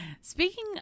speaking